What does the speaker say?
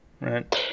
right